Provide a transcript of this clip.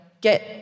get